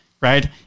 right